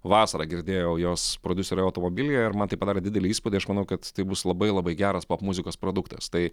vasarą girdėjau jos prodiuserio automobilyje ir man tai padarė didelį įspūdį aš manau kad tai bus labai labai geras popmuzikos produktas tai